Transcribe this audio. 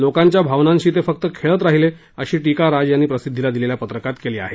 लोकांच्या भावनांशी ते फक्त खेळत राहिले अशी टीका राज यांनी प्रसिद्धीला दिलेल्या पत्रकात केली आहे